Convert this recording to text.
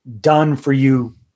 done-for-you